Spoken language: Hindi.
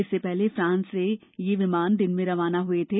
इससे पहले फ्रांस से ये विमान दिन में रवाना हुए थे